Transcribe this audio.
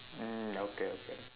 mm okay okay